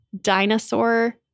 dinosaur